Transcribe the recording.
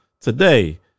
today